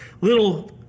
little